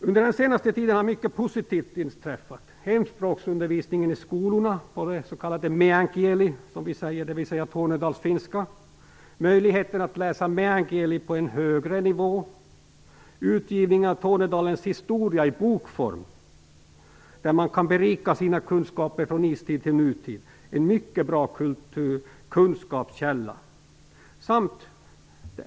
Under den senaste tiden har mycket positivt inträffat: hemspråksundervisningen i skolorna i "meän kieli", dvs. tornedalsfinska, möjligheten att läsa "meän kieli" på högre nivå och utgivningen av Tornedalens historia i bokform. Man kan berika sina kunskaper från istid till nutid - en mycket bra kunskapskälla.